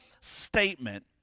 statement